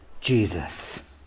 Jesus